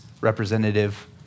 representative